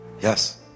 yes